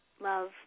love